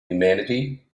humanity